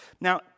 Now